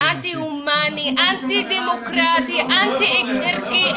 אנטי הומאני, אנטי דמוקרטי, אנטי ערכי.